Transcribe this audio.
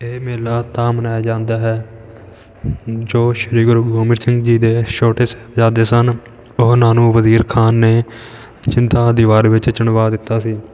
ਇਹ ਮੇਲਾ ਤਾਂ ਮਨਾਇਆ ਜਾਂਦਾ ਹੈ ਜੋ ਸ਼੍ਰੀ ਗੁਰੂ ਗੋਬਿੰਦ ਸਿੰਘ ਜੀ ਦੇ ਛੋਟੇ ਸਾਹਿਬਜ਼ਾਦੇ ਸਨ ਉਹਨਾਂ ਨੂੰ ਵਜ਼ੀਰ ਖਾਨ ਨੇ ਜਿੰਦਾ ਦੀਵਾਰ ਵਿੱਚ ਚਿਣਵਾ ਦਿੱਤਾ ਸੀ